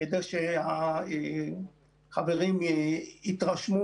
כדי שהחברים יתרשמו,